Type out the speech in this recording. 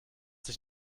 sich